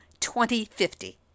2050